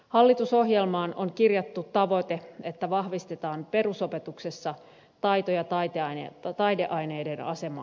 hallitusohjelmaan on kirjattu tavoite että vahvistetaan perusopetuksessa taito ja taideaineiden asemaa